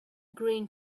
green